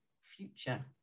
future